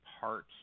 parts